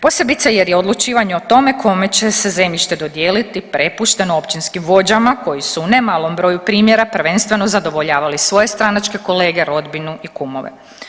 Posebice jer je odlučivanje o tome kome će se zemljište dodijeliti prepušteno općinskim vođama koji su u ne malom broju primjera prvenstveno zadovoljavali svoje stranačke kolege, rodbinu i kumove.